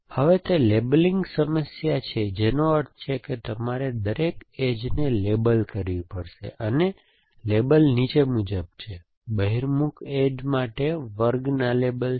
હવે તે લેબલીંગ સમસ્યા છે જેનો અર્થ છે કે તમારે દરેક એજને લેબલ કરવી પડશે અને લેબલ નીચે મુજબ છે બહિર્મુખ એજ માટેના વર્ગના લેબલ્સ છે